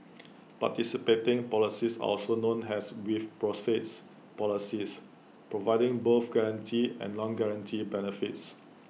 participating policies are also known as 'with profits' policies providing both guaranteed and non guaranteed benefits